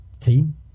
team